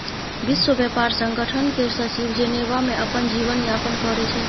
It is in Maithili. विश्व ब्यापार संगठन केर सचिव जेनेबा मे अपन जीबन यापन करै छै